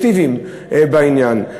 סובייקטיביים בעניין.